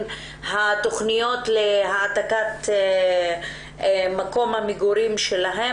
התוכניות להעתקת מקום המגורים שלהן.